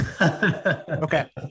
Okay